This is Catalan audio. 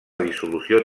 dissolució